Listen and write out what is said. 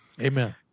amen